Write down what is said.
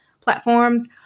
platforms